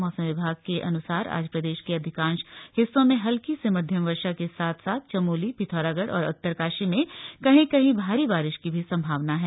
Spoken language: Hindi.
मौसम विभाग के अनुसार आज प्रदेश के अधिकांश हिस्सों में हल्की से मध्यम बर्षा के साथ साथ चमोली पिथौरागढ़ और उत्तरकाशी में कहीं कहीं भारी बारिश की भी संभावना है